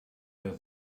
her